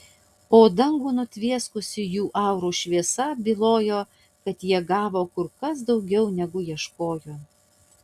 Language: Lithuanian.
o dangų nutvieskusi jų aurų šviesa bylojo kad jie gavo kur kas daugiau negu ieškojo